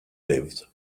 lived